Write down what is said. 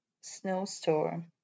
snowstorm